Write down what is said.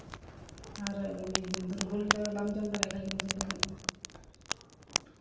ᱟᱨ ᱫᱩᱨᱵᱚᱞ ᱫᱚ ᱵᱟᱢ ᱡᱚᱢ ᱫᱟᱲᱮᱭᱟᱜ ᱠᱷᱟᱡ ᱜᱮᱢ ᱫᱩᱨᱵᱚᱞᱚᱜᱼᱟ